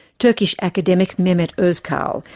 turkish academic mehmet ozkal.